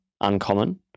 Uncommon